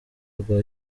rwa